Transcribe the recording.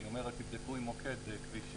אני אומר 'תבדקו עם מוקד כביש 6',